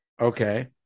Okay